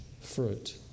fruit